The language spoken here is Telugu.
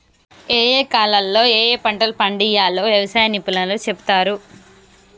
ఏయే కాలాల్లో ఏయే పంటలు పండియ్యాల్నో వ్యవసాయ నిపుణులు చెపుతారు